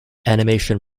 animation